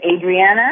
Adriana